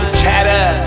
chatter